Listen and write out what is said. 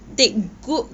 okay